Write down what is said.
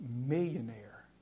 millionaire